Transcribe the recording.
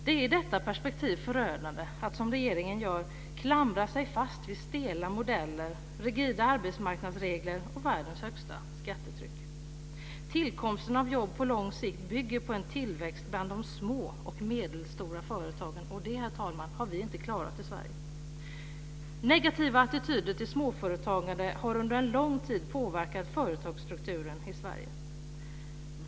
Det är i detta perspektiv förödande att - som regeringen gör - klamra sig fast vid stela modeller, rigida arbetsmarknadsregler och världens högsta skattetryck. Tillkomsten av jobb på lång sikt bygger på en tillväxt bland de små och medelstora företagen, och det, herr talman, har vi inte klarat i Sverige. Negativa attityder till småföretagande har under lång tid påverkat företagsstrukturen i Sverige.